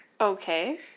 Okay